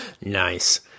Nice